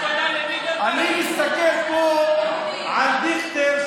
אני מסתכל פה על דיכטר,